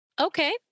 Okay